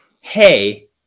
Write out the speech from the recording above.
hey